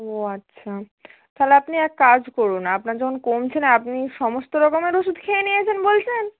ও আচ্ছা তাহলে আপনি এক কাজ করুন আপনার যখন কমছে না আপনি সমস্ত রকমের ওষুধ খেয়ে নিয়েছেন বলছেন